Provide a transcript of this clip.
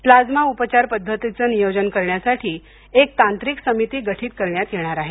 plasma उपचार पद्धतीचं नियोजन करण्यासाठी एक तांत्रिक समिति गठित करण्यात येणार आहे